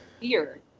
Weird